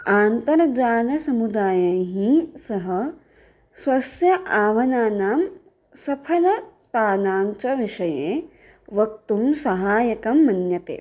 अन्तर्जालसमुदायैः सह स्वस्य आवनानां सफलतानां च विषये वक्तुं सहायकं मन्यते